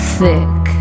thick